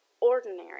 ordinary